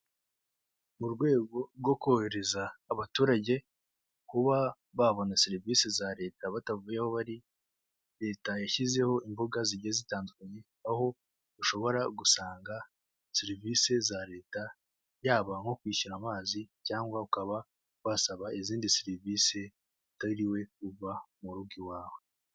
Mu rwego rwo korohereza abaturage kuba babona serivisi za leta batavuye aho bari, leta yashyizeho imbuga zigiye zitandukanye aho ushobora gusanga serivisi za leta yaba nko kwishyura amazi cyangwa ukaba wasaba izindi serivisi utiriwe uva mu rugo iwawe.